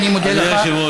אני מודה לך, ב.